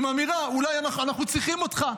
עם אמירה: אנחנו צריכים אותך,